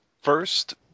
first